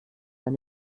ein